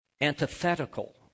antithetical